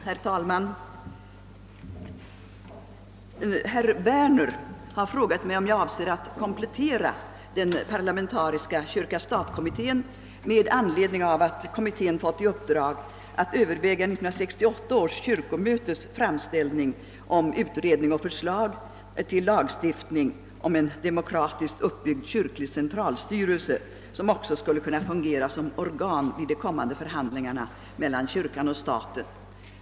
Herr talman! Herr Werner har frågat mig om jag avser att komplettera den parlamentariska kyrka—stat-kommittén med anledning av att kommittén fått i uppdrag att överväga 1968 års kyrkomötes framställning om utredning och förslag till lagstiftning om en demokratiskt uppbyggd kyrklig centralstyrelse som också skulle kunna fungera som organ vid de kommande förhandlingarna mellan kyrkan och staten.